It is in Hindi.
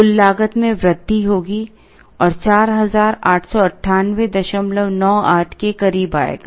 कुल लागत में वृद्धि होगी और 489898 के करीब आएगा